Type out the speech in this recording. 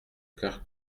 cœur